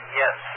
yes